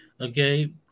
Okay